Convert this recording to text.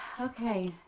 Okay